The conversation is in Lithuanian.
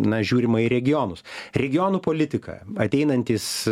na žiūrima į regionus regionų politika ateinantys